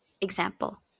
Example